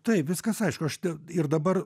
taip viskas aišku aš d ir dabar